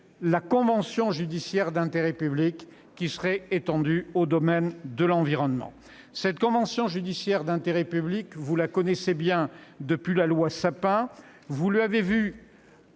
la convention judiciaire d'intérêt public au domaine de l'environnement. Cette convention judiciaire d'intérêt public, vous la connaissez bien, depuis la loi Sapin. Vous avez pu